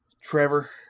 Trevor